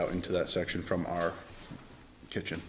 out into that section from our kitchen